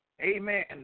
amen